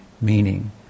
meaning